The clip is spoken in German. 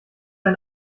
ein